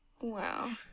Wow